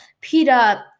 Peter